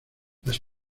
las